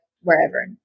wherever